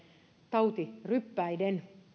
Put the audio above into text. tautiryppäiden